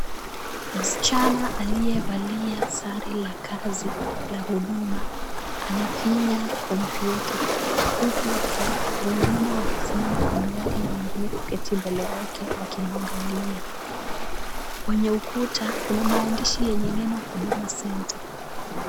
Msichana aliyevalia sare la kazi la huduma anafinya kompyuta huku watu wengine wakisimama kando yake na wengine wameketi mbele yake wakimwangalia. Kwenye ukuta kuna maandishi yenye neno Huduma Centre.